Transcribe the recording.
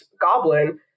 Goblin